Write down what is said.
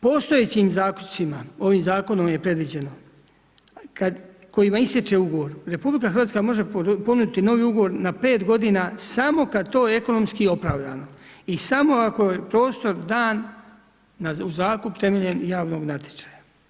Postojećim zaključcima, ovim zakonom je predviđeno, kojima ističe ugovor RH može ponuditi novi ugovor na 5 godina samo kad je to ekonomski opravdano i samo ako je prostor dan u zakup temeljem javnog natječaja.